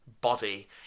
body